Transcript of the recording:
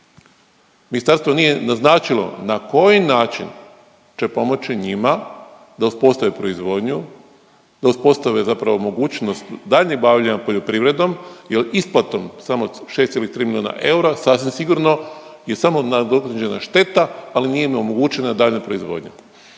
Ministarstvo nije naznačilo na koji način će pomoći njima da uspostave proizvodnju, da uspostave zapravo mogućnost daljnjeg bavljenja poljoprivredom jer isplatom samo 6,3 milijuna eura sasvim sigurno je samo nadoknađena šteta, ali nije im omogućena daljnja proizvodnja.